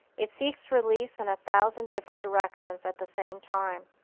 it seeks release in a thousand different directions at the same time.